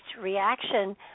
reaction